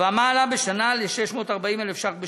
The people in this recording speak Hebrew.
ומעלה בשנה ל-640,000 שקלים בשנה.